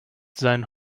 seinen